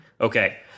Okay